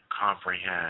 comprehend